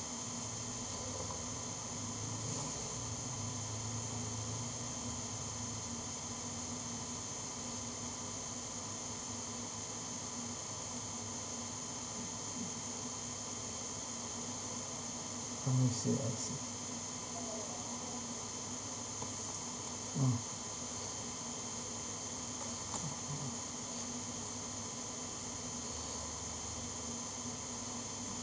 I see I see uh okay